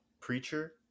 preacher